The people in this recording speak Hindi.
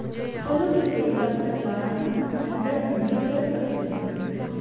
फलों के पेड़ का प्रचार हम बेहतर ढंग से कर सकते हैं